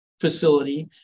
facility